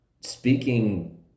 speaking